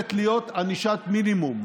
חייבת להיות ענישת מינימום.